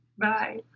Bye